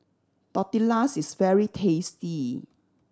tortillas is very tasty